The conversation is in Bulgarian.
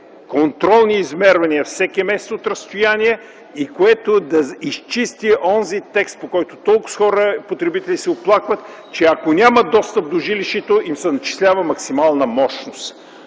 контролни измервания всеки месец от разстояние и което да изчисти онзи текст по който много потребители се оплакват, че ако няма достъп до жилището им се начислява максимална мощност.